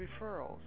referrals